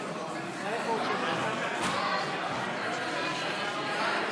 ההצעה להעביר את הצעת חוק התפזרות הכנסת העשרים-ואחת,